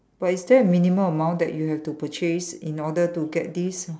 but is there a minimum amount that you have to purchase in order to get this